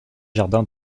jardins